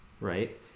right